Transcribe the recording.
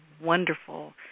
wonderful